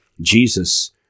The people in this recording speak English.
Jesus